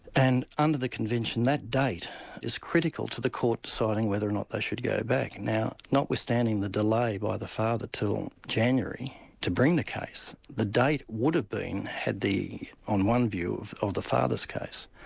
and, under the convention, that date is critical to the court deciding whether or not they should go back. now notwithstanding the delay by the father till january to bring the case, the date would have been, had the on one view of the the father's case,